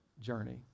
journey